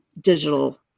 digital